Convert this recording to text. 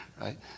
right